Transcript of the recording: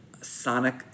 sonic